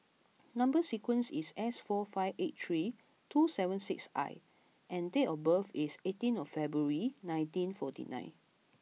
number sequence is S four five eight three two seven six I and date of birth is eighteen of February nineteen forty nine